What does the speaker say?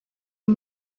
uyu